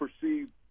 perceived